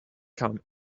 come